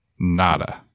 Nada